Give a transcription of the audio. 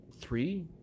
three